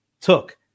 took